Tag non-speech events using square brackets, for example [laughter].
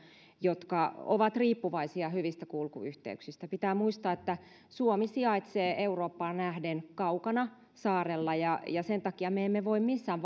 jotka ovat riippuvaisia hyvistä kulkuyhteyksistä pitää muistaa että suomi sijaitsee eurooppaan nähden kaukana saarella ja ja sen takia me emme voi missään [unintelligible]